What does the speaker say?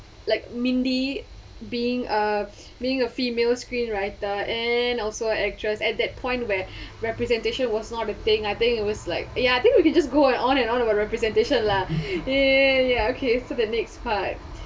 like mindy being uh being a female screenwriter and also actress at that point where representation was not a thing I think it was like ya I think we can just go on and on about representation lah then ya ya ya ya ya okay for the next part